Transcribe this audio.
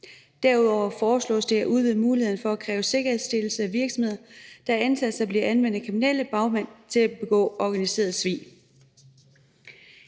Derudover foreslås det at udvide muligheden for at kræve sikkerhedsstillelse af virksomheder, som antages at blive anvendt af kriminelle bagmænd til at begå organiseret svig.